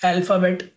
Alphabet